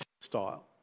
style